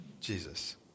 Jesus